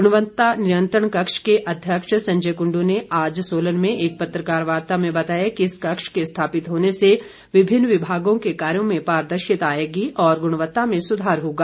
गुणवत्ता नियंत्रण कक्ष के अध्यक्ष संजय कुंडू ने आज सोलन में एक पत्रकार वार्ता में बताया कि इस कक्ष के स्थापित होने से विभिन्न विभागों के कार्यो में पारदर्शिता आएगी और गुणवत्ता में सुधार होगा